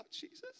Jesus